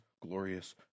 glorious